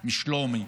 משלומי.